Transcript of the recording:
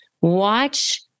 watch